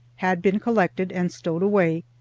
had been collected and stowed away,